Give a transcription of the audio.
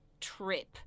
trip